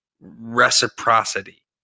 reciprocity